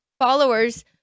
followers –